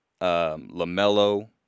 Lamelo